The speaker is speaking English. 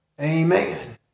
Amen